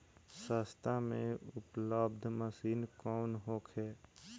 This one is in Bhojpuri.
सस्ता में उपलब्ध मशीन कौन होखे?